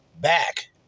Back